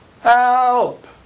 Help